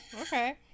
okay